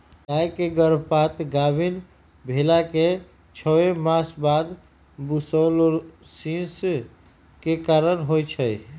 गाय के गर्भपात गाभिन् भेलाके छओ मास बाद बूर्सोलोसिस के कारण होइ छइ